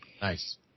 Nice